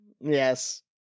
yes